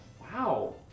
Wow